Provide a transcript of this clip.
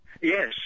Yes